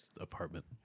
Apartment